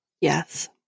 Yes